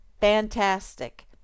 fantastic